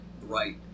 Right